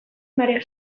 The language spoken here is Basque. marea